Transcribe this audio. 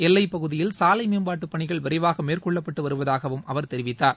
எல்லை ப்பகுதியில் சாலை மேம்பாட்டுப்பணிகள் விரைவாக மேற்கொள்ளப்பட்டு வருவதாகவும் அவர் தெரிவித்தார்